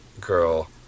girl